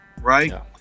right